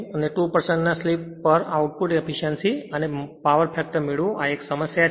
2 ના સ્લિપ પર output efficiency અને પાવર ફેક્ટર મેળવો આ સમસ્યા છે